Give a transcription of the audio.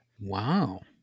Wow